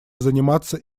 заниматься